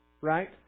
right